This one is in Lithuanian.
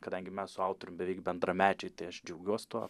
kadangi mes su autoriumi beveik bendramečiai tai aš džiaugiuos tuo